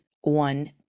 one